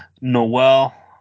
Noel